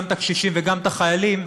גם את הקשישים וגם את החיילים,